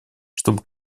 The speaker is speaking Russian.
чтобы